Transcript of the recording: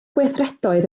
gweithredoedd